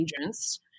agents